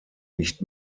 nicht